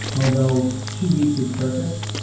although two weeks is perfect.